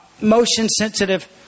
motion-sensitive